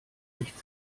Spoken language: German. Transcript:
nicht